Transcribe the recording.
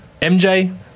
MJ